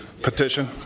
petition